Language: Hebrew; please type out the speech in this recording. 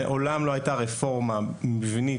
מעולם לא הייתה רפורמה מבנית,